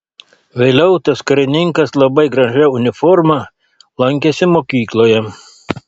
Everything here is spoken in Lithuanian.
vėliau tas karininkas labai gražia uniforma lankėsi mokykloje